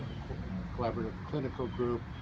ah core collaborative clinical group,